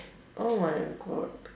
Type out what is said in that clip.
oh my god